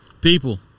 people